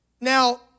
Now